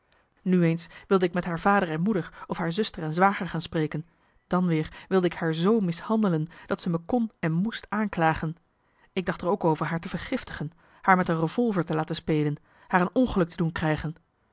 nu eens wilde ik met haar vader en moeder of haar zuster en zwager gaan spreken dan weer wilde ik haar z mishandelen dat zij me kon en moest aanklagen ik dacht er ook over haar te vergiftigen haar met een revolver te laten spelen haar een ongeluk te doen krijgen